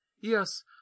Yes